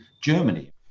Germany